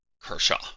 Kershaw